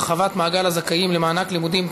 הרחבת מעגל הזכאים למענק לימודים),